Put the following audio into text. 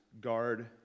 guard